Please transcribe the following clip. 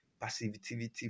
passivity